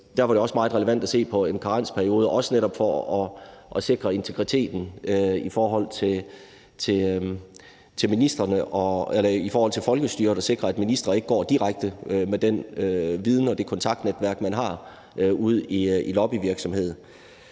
Der var det også meget relevant at se på en karensperiode netop for også at sikre integriteten i forhold til folkestyret og sikre, at ministre ikke går direkte med den viden og det kontaktnetværk, man har, ud i lobbyvirksomhed.